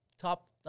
top